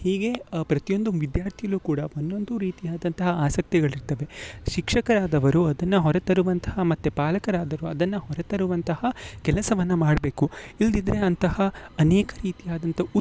ಹೀಗೆ ಪ್ರತಿಯೊಂದು ವಿದ್ಯಾರ್ಥಿಯಲ್ಲೂ ಕೂಡ ಒಂದೊಂದು ರೀತಿಯಾದಂಥ ಆಸಕ್ತಿಗಳು ಇರ್ತವೆ ಶಿಕ್ಷರಾದವರು ಅದನ್ನ ಹೊರ ತರುವಂತಹ ಮತ್ತೆ ಪಾಲಕರಾದರು ಅದನ್ನು ಹೊರ ತರುವಂತಹ ಕೆಲಸವನ್ನು ಮಾಡಬೇಕು ಇಲ್ದಿದ್ದರೆ ಅಂತಹ ಅನೇಕ ರೀತಿಯಾದಂಥ